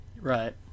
right